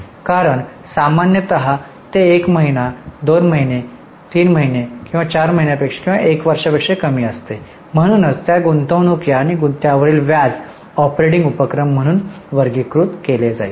कारण सामान्यत ते एक महिना दोन महिने तीन महिने चार महिन्यांपेक्षा एका वर्षापेक्षा कमी असते म्हणूनच त्या गुंतवणुकी आणि त्यावरील व्याज ऑपरेटिंग उपक्रम म्हणून वर्गीकृत केले जाईल